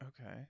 okay